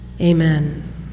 Amen